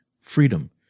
freedom